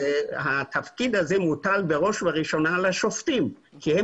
התפקיד הזה מוטל בראש ובראשונה על השופטים כי הם